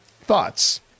thoughts